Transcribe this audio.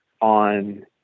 on